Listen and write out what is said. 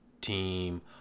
team